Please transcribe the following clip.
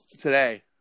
today